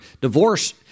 divorce